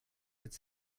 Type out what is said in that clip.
could